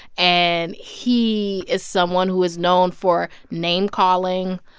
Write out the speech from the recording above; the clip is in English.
and he is someone who is known for name-calling,